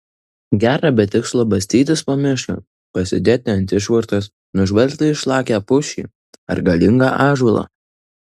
gera be tikslo bastytis po mišką pasėdėti ant išvartos nužvelgti išlakią pušį ar galingą ąžuolą